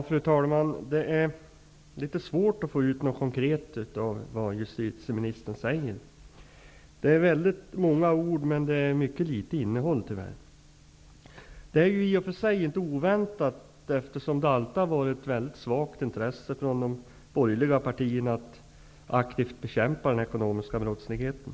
Fru talman! Det är litet svårt att få ut något konkret av det som justitieministern säger. Det är många ord men tyvärr mycket litet innehåll. Det är i och för sig inte oväntat, eftersom det alltid har funnits ett väldigt svagt intresse hos de borgerliga partierna för att aktivt bekämpa den ekonomiska brottsligheten.